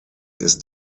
ist